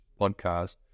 podcast